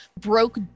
broke